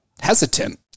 hesitant